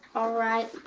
all right,